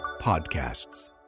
podcasts